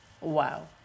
Wow